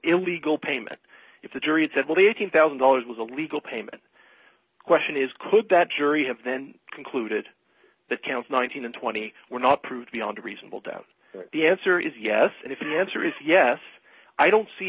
illegal payment if the jury said well the eighteen thousand dollars was a legal payment question is could that jury have then concluded that count one thousand and twenty were not proved beyond a reasonable doubt the answer is yes and if your answer is yes i don't see